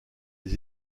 des